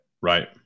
Right